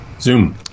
zoom